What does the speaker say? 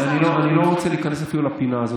לא, לא, אני לא רוצה להיכנס אפילו לפינה הזאת.